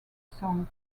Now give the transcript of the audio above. song